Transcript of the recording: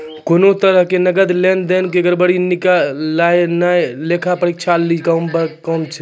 कोनो तरहो के नकद लेन देन के गड़बड़ी निकालनाय लेखा परीक्षक लेली बड़ा काम छै